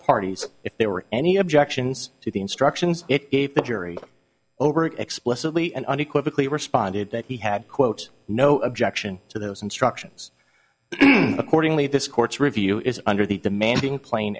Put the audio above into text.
parties if there were any objections to the instructions it the jury over explicitly and unequivocally responded that he had quote no objection to those instructions accordingly this court's review is under the demanding pla